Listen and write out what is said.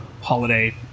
holiday